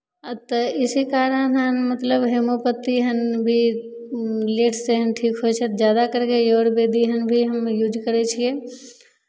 आ तऽ इसी कारण हन मतलब हेमोपथी एहन भी लेटसँ एहन ठीक होइ छै ज्यादा करि कऽ आयुर्वेदी एहन भी हम यूज करै छियै